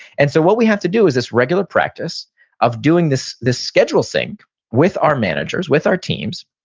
and so what we have to do is this regular practice of doing this this schedule sync with our managers, with our teams,